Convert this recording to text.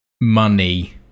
money